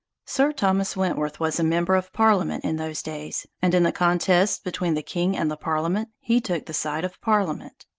sir thomas wentworth was a member of parliament in those days, and in the contests between the king and the parliament he took the side of parliament.